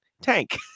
Tank